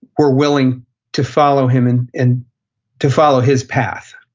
were willing to follow him and and to follow his path.